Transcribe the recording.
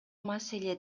маселе